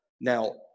now